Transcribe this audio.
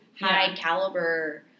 high-caliber